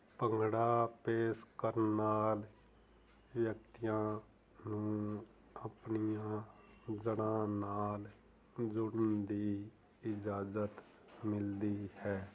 ਭੰਗੜਾ ਪੇਸ਼ ਕਰਨ ਨਾਲ ਵਿਅਕਤੀਆਂ ਨੂੰ ਆਪਣੀਆਂ ਜੜ੍ਹਾਂ ਨਾਲ ਜੁੜਨ ਦੀ ਇਜਾਜ਼ਤ ਮਿਲਦੀ ਹੈ